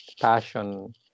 passion